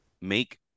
Make